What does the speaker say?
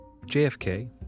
JFK